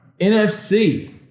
NFC